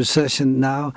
recession now